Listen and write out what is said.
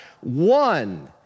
One